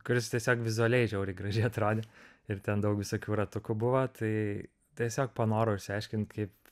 kuris tiesiog vizualiai žiauriai gražiai atrodė ir ten daug visokių ratukų buvo tai tiesiog panorau išsiaiškint kaip